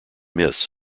myths